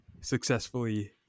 successfully